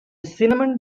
cinnamon